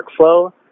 workflow